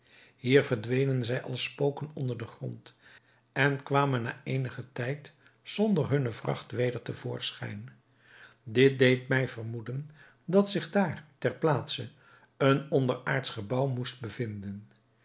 hier verdwenen zij als spoken onder den grond en kwamen na eenigen tijd zonder hunne vracht weder te voorschijn dit deed mij vermoeden dat zich daar ter plaatse een onderaardsch gebouw moest bevinden